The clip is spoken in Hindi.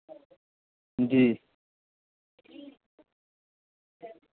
जी